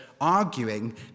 arguing